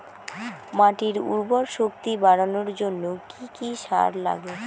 মাটির উর্বর শক্তি বাড়ানোর জন্য কি কি সার লাগে?